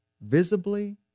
visibly